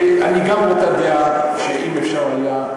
אני גם באותה דעה שאם אפשר היה,